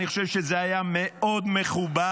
אני חושב שזה היה מאוד מכובד